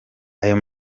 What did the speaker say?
ayo